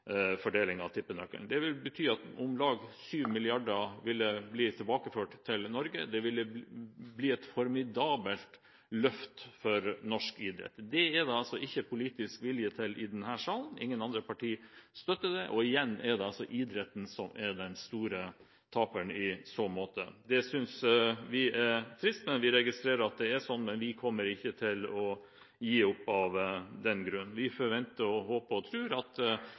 fordeling av tippenøkkelen. Det ville bety at om lag 7 mrd. kr ville bli tilbakeført til Norge. Det ville bli et formidabelt løft for norsk idrett. Det er det altså ikke politisk vilje til i denne salen. Ingen andre partier støtter det, og igjen er det idretten som er den store taperen i så måte. Det synes vi er trist. Vi registrerer at det er slik, men vi kommer ikke til å gi opp av den grunn. Vi forventer, håper og tror at